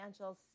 financials